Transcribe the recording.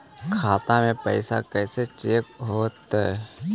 खाता में पैसा कैसे चेक हो तै?